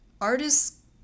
artists